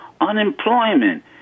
unemployment